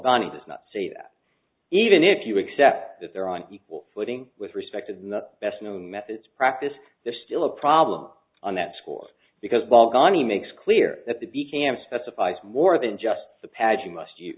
bonnie does not say that even if you accept that they're on equal footing with respect to the best new methods practice they're still a problem on that score because while connie makes clear that the b camp specifies more than just the pageant must you